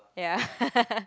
ya